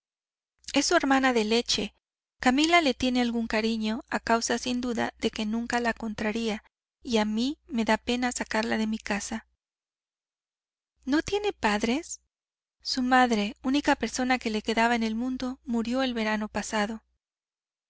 es su hermana de leche camila le tiene algún cariño a causa sin duda de que nunca la contraria y a mí me da pena sacarla de mi casa no tiene padres su madre única persona que le quedaba en el mundo murió el verano pasado